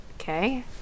Okay